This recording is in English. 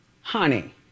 Honey